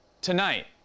tonight